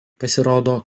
pasirodo